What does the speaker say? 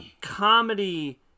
comedy